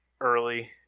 early